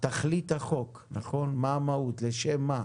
תכלית החוק, מה המהות, לשם מה,